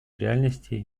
реальностей